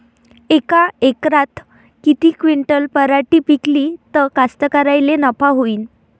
यका एकरात किती क्विंटल पराटी पिकली त कास्तकाराइले नफा होईन?